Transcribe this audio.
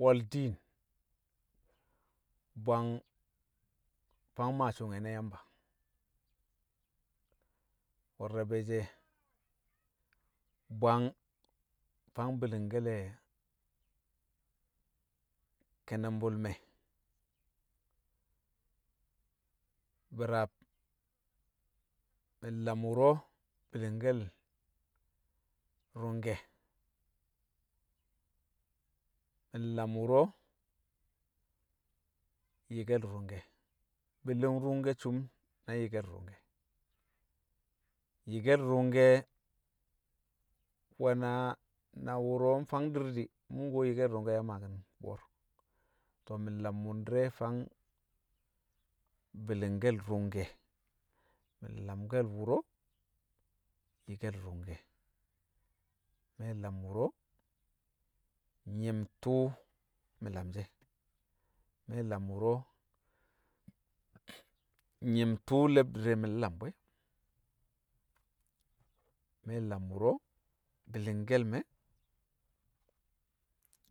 We̱l diin bwang fang maa su̱nge̱ na Yamba, we̱l rabe̱ she̱, bwang fang bi̱li̱ngke̱le̱ ke̱nṵmbṵl me̱, bi̱raab, mi̱ nlam wṵro̱ bi̱li̱ngke̱l rṵngke̱, mi̱ nlam wu̱ro̱ yi̱kke̱l rṵngke̱. Bi̱li̱ng ru̱ngke̱ cum na yi̱kke̱l rṵngke̱, yi̱ke̱l rṵngke̱, nwẹ na, na wṵro̱ mfang di̱r di̱, mu̱ nkṵwo yi̱kke̱l rṵngke̱ yang maake̱l she̱ bṵwo̱r to̱ mi̱ nlam wṵndi̱re̱ fang bi̱li̱ngke̱l rṵngke̱, mi̱ mlamke̱l wṵro̱ yi̱kke̱l rṵngke̱, mi̱ nlam wṵro̱ nyi̱m tṵṵ mi̱ lamshi̱ e̱ nyi̱m tṵṵ le̱bdi̱r re̱ mo̱ nlam bu̱ e̱, me̱ lam wṵro̱ bi̱li̱ngke̱l me̱